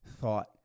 thought